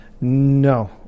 No